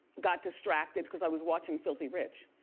got distracted cause i was watching filthy rich.